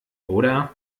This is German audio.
oder